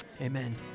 amen